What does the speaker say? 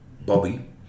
Bobby